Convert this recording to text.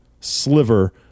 sliver